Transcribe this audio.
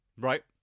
Right